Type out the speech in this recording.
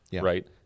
right